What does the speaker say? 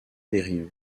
dérives